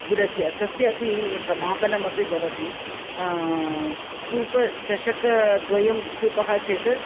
गुडस्य तस्यापि एकः मापनमपि भवति सूपः चषकद्वयं सूपः चेत्